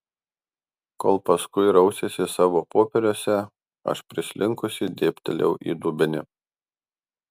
kol paskui rausėsi savo popieriuose aš prislinkusi dėbtelėjau į dubenį